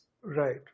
Right